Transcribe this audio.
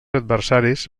adversaris